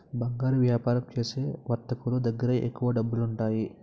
బంగారు వ్యాపారం చేసే వర్తకులు దగ్గర ఎక్కువ డబ్బులుంటాయి